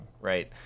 right